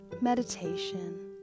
meditation